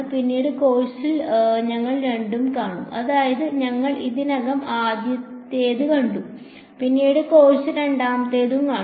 പിന്നീട് കോഴ്സിൽ ഞങ്ങൾ രണ്ടും കാണും അതായത് ഞങ്ങൾ ഇതിനകം ആദ്യത്തേത് കണ്ടു പിന്നീട് കോഴ്സ് രണ്ടാമത്തേതും കാണും